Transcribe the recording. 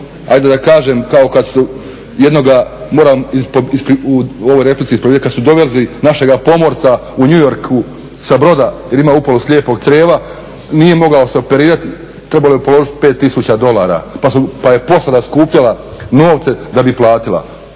ajde da kažem, kao kad su jednoga, moram u ovoj replici … dovezli našega pomorca u New Yorku sa broda jer ima upalu slijepog crijeva, nije mogao se operirati, trebalo je položiti 5 tisuća dolara pa je posada skupljala novce da bi platila.